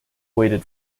waited